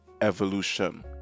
evolution